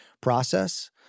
process